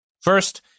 First